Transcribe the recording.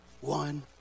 one